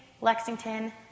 Lexington